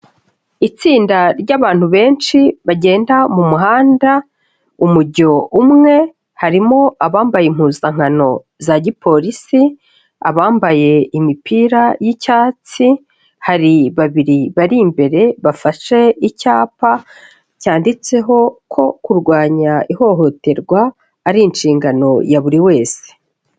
Itsinda ry'abantu benshi bagenda mu muhanda, umujyo umwe, harimo abambaye impuzankano za gipolisi, abambaye imipira y'icyatsi, hari babiri bari imbere bafashe icyapa, cyanditseho ko kurwanya ihohoterwa ari inshingano ya buri wese.